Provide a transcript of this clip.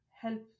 help